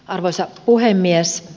arvoisa puhemies